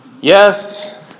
Yes